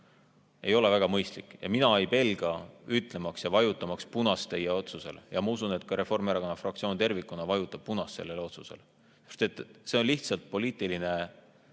ei ole väga mõistlik ja mina ei pelga seda ütelda ja vajutada punast teie otsusele ja ma usun, et ka Reformierakonna fraktsioon tervikuna vajutab punast sellele otsusele. Sest see on lihtsalt poliitiline